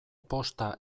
posta